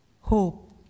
hope